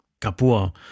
Capua